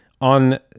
on